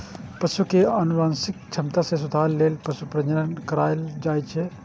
पशु के आनुवंशिक क्षमता मे सुधार लेल पशु प्रजनन कराएल जाइ छै